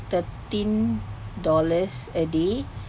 thirteen dollars a day